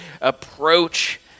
approach